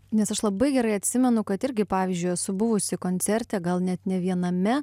nes aš labai gerai atsimenu kad irgi pavyzdžiui esu buvusi koncerte gal net ne viename